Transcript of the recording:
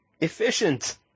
efficient